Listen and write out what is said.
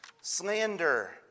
slander